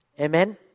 Amen